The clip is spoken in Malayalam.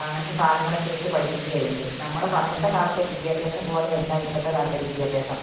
അങ്ങനത്തെ സാധനങ്ങളൊക്കെ എടുത്ത് പഠിപ്പിക്കുകയാണ് ചെയ്യുന്നത് നമ്മുടെ പണ്ടത്തെ കാലത്തെ വിദ്യാഭ്യാസം പോലെ അല്ല ഇപ്പോഴത്തെ കാലത്തെ വിദ്യാഭ്യാസം